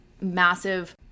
massive